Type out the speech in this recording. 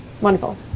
Wonderful